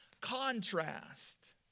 contrast